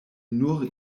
nur